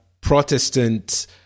Protestant